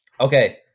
Okay